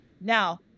Now